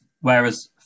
Whereas